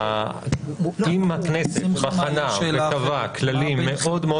אם הכנסת בחנה וקבעה כללים מאוד מאוד